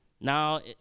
Now